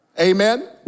Amen